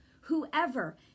whoever